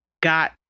got